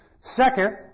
Second